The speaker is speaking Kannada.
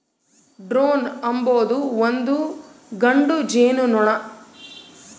ಡ್ರೋನ್ ಅಂಬೊದು ಒಂದು ಗಂಡು ಜೇನುನೊಣ